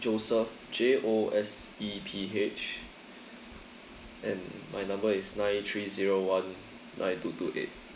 joseph J O S E P H and my number is nine three zero one nine two two eight